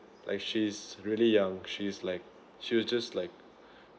like she is really young she is like she was just like